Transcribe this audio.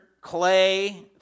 clay